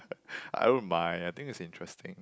I don't mind I think it's interesting